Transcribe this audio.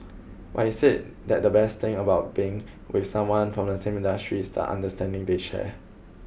but he said that the best thing about being with someone from the same industry is the understanding they share